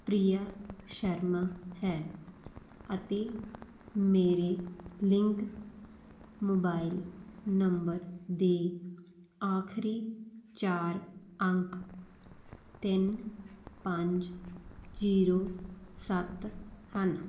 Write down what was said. ਪ੍ਰੀਆ ਸ਼ਰਮਾ ਹੈ ਅਤੇ ਮੇਰੇ ਲਿੰਕ ਮੋਬਾਈਲ ਨੰਬਰ ਦੇ ਆਖਰੀ ਚਾਰ ਅੰਕ ਤਿੰਨ ਪੰਜ ਜ਼ੀਰੋ ਸੱਤ ਹਨ